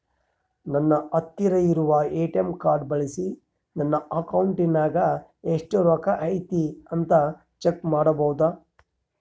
ನನ್ನ ಹತ್ತಿರ ಇರುವ ಎ.ಟಿ.ಎಂ ಕಾರ್ಡ್ ಬಳಿಸಿ ನನ್ನ ಅಕೌಂಟಿನಾಗ ಎಷ್ಟು ರೊಕ್ಕ ಐತಿ ಅಂತಾ ಚೆಕ್ ಮಾಡಬಹುದಾ?